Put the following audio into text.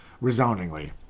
Resoundingly